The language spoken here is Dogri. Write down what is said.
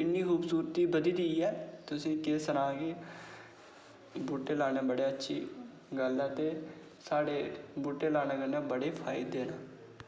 इन्नी बधी गेदी ऐ ते तुसें ई केह् सनां की बूह्टे लाना बड़ी अच्छी गल्ल ऐ ते साढ़े बूह्टे लाने कन्नै बड़े फायदे न